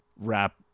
wrap